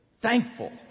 thankful